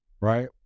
right